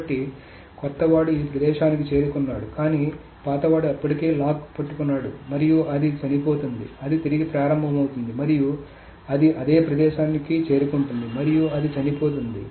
కాబట్టి కొత్త వాడు ఈ ప్రదేశానికి చేరుకున్నాడు కానీ పాతవాడు అప్పటికే లాక్ పట్టుకున్నాడు మరియు అది చనిపోతుంది అది తిరిగి ప్రారంభమవుతుంది మరియు అది అదే ప్రదేశానికి చేరుకుంటుంది మరియు అది చనిపోతుంది